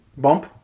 Bump